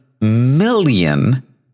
million